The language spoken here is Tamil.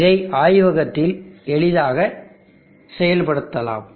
இதை ஆய்வகத்தில் எளிதாக செயல்படுத்தப்படலாம்